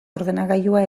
ordenagailua